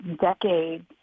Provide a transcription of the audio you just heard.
decades